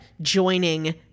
joining